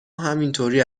همینطوری